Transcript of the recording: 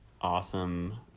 awesome